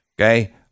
Okay